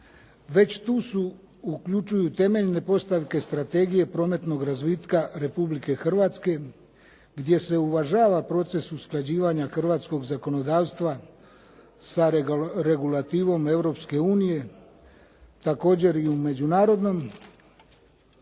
Već tu se uključuju temeljne postavke Strategije prometnog razvitka Republike Hrvatske gdje se uvažava proces usklađivanja hrvatskog zakonodavstva sa regulativom Europske unije, također i u međunarodnom